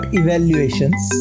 evaluations